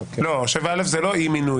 לא, 7א זה לא אי-מינוי.